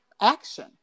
action